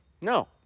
No